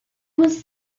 was